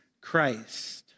Christ